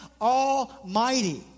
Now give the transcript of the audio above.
almighty